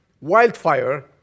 wildfire